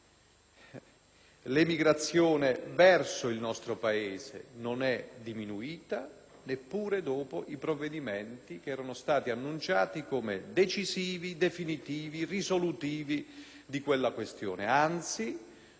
neppure dopo i provvedimenti che erano stati annunciati come decisivi, definitivi, risolutivi della questione. Anzi, noi registriamo un fenomeno addirittura contrario, cioè un incremento: